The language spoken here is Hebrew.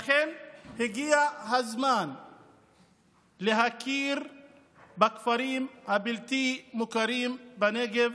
הגיע הזמן להכיר בכפרים הבלתי-מוכרים בנגב,